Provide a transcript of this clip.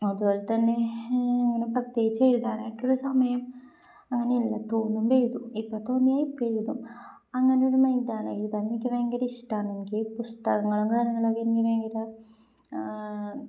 അതുപോലെ തന്നെ അങ്ങനെ പ്രത്യേകിച്ച് എഴുതാനായിട്ടൊരു സമയം അങ്ങനെയില്ല തോന്നുമ്പോള് എഴുതും ഇപ്പോള് തോന്നിയാല് ഇപ്പോള് എഴുതും അങ്ങനെയൊരു മൈൻഡാണ് എഴുതാന് എനിക്ക് ഭയങ്കരം ഇഷ്ടമാണ് എനിക്ക് പുസ്തകങ്ങളും കാര്യങ്ങളുമൊക്കെ എനിക്ക് ഭയങ്കരം